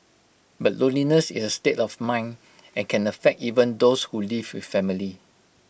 but loneliness is A state of mind and can affect even those who live with family